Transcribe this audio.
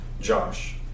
Josh